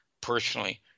personally